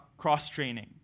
cross-training